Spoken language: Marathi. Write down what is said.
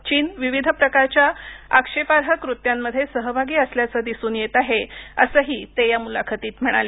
चीन विविध प्रकारच्या आक्षेपार्ह कृत्यांमध्ये सहभागी असल्याचं दिसून येत आहे असंही ते या मुलाखतीत म्हणाले